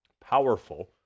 Powerful